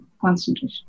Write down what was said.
concentration